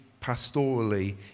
pastorally